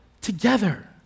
together